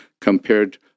compared